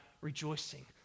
rejoicing